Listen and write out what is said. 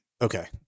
Okay